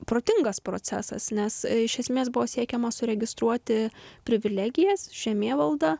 protingas procesas nes iš esmės buvo siekiama suregistruoti privilegijas žemėvaldą